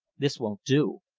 this won't do!